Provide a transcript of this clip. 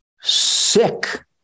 sick